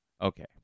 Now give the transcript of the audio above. Okay